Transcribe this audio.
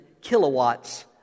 kilowatts